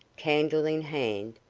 candle in hand,